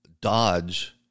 dodge